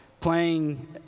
playing